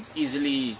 easily